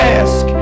ask